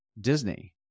Disney